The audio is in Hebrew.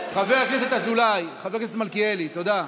חבר הכנסת אזולאי, חבר הכנסת מלכיאלי, תודה.